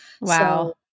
Wow